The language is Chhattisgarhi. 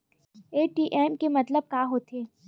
ए.टी.एम के मतलब का होथे?